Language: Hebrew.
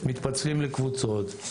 מתפצלים לקבוצות,